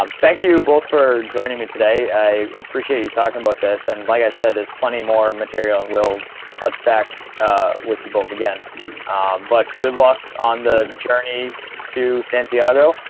um thank you both for joining me today. i appreciate you talking about this and like i said there's plenty more material, and we'll touch back ah with you both again but good luck on the journey to santiago,